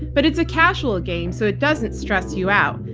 but it's a casual game so it doesn't stress you out,